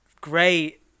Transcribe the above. great